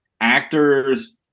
actors